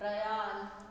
प्रयाल